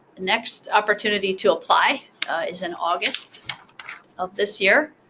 next opportunity to apply is in august of this year.